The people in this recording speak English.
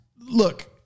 look